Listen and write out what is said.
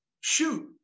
shoot